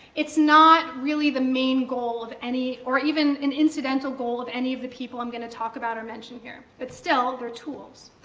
it's not really the main goal of any, or even an incidental goal of any of the people i'm going to talk about or mention here, but still, they're tools.